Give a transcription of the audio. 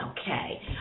Okay